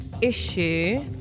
issue